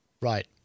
Right